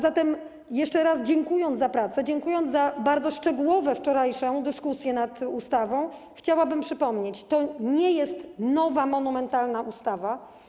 Zatem jeszcze raz dziękując za pracę, dziękując za bardzo szczegółową wczorajszą dyskusję nad ustawą, chciałabym przypomnieć, że to nie jest nowa monumentalna ustawa.